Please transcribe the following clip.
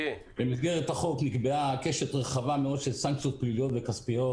במסגרת החוק נקבעה קשת רחבה מאוד של סנקציות פליליות וכספיות